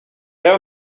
there